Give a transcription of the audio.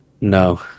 No